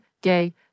gay